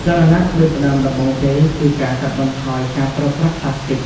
ចលនាផ្តួចផ្តើមដំបូងគេគឺការកាត់បន្ថយការប្រើប្រាស់ប្លាស្ទិក។